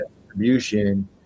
distribution